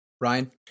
Ryan